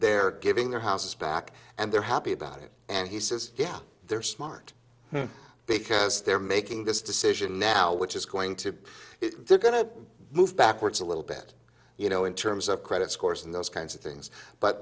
they're giving their houses back and they're happy about it and he says yeah they're smart because they're making this decision now which is going to they're going to move backwards a little bit you know in terms of credit scores and those kinds of things but